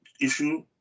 issue